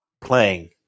playing